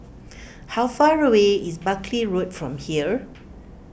how far away is Buckley Road from here